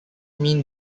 mean